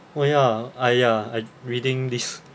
oh ya ah ya I reading this